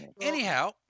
anyhow